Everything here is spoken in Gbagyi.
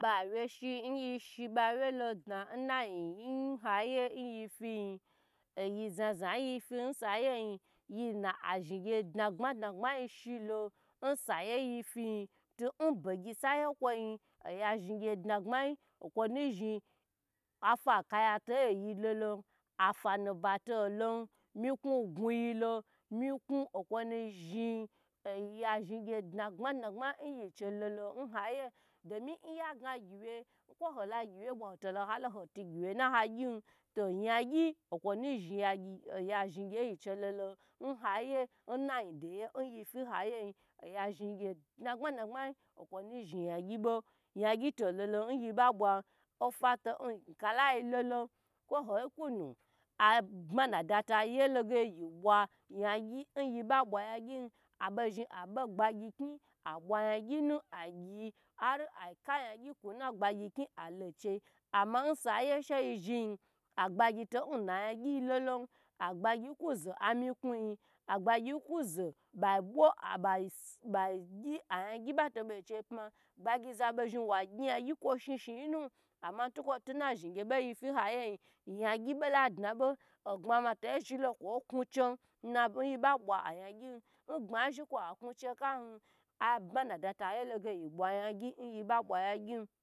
Aba aweshi yishiba wyelo dna yi yinnhaye yifiyi oyi zaza yi na zhn gye dngbmayi dagbmayi shilo nsayeyi fiyin nbugyi saye kwo yin oya zhn gye dnagba yi okwo nuzhu afa kaya toyi lolon afanuba tolon miku okwo nu zhn ya yin gye dna gbmayi da gbme yiche lolo domi nya ga gye wye kwo holo gyiwe bwa hoto lo halo hotu gyi wye na ha gyu yagyi okwo nu zhi ya zhi gyi yi che lolo n ha giye nayi deyi yifi gheyen oya zhn gye dagbmaye dagbmaye okwo nunu zhn bo ya gyi ho lo yi ba bwa ofato ka lai lolo kwo ho kunu abmanu da tyilo ge yi bwa yagyi na ba bura ya gyi aba zhn aba gbagyi kni abwa yagyi agyi ar akuna gbagyo kni alo cheyi nhoyiye yi zhiyi agbagyi tona ya gyi lo lon agbagyi kwo zo amiknuyi agbagyi kuo zo bai bwo bwi gyi ayagyi nba ho bo mcheyi pma, gbagyi zabo zhn wa gyi yagi kwo shi shi yi nu ntukwo tu na zhi gye bo yifi hayi yegin yan gyi bo la dna ba ogbmaato zhilo ngbma zhn kwa kuch kahi ab mada to ya bge yi bwa ya gyi ya gyi